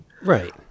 right